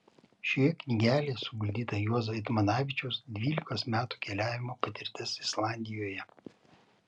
šioje knygelėje suguldyta juozo eitmanavičiaus dvylikos metų keliavimo patirtis islandijoje